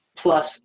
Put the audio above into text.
Plus